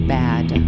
bad